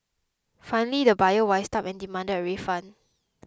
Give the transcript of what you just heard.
finally the buyer wised up and demanded a refund